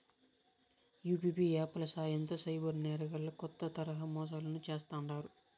UPI app ల సాయంతో cyber నేరగాల్లు కొత్త తరహా మోసాలను చేస్తాండారు